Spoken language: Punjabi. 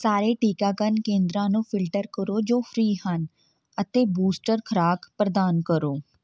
ਸਾਰੇ ਟੀਕਾਕਰਨ ਕੇਂਦਰਾਂ ਨੂੰ ਫਿਲਟਰ ਕਰੋ ਜੋ ਫ੍ਰੀ ਹਨ ਅਤੇ ਬੂਸਟਰ ਖੁਰਾਕ ਪ੍ਰਦਾਨ ਕਰੋ